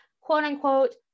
quote-unquote